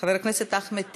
חבר הכנסת אחמד טיבי,